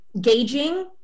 gauging